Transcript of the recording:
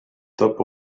top